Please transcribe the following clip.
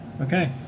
okay